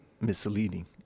misleading